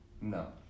No